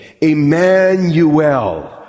Emmanuel